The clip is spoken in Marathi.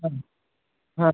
हां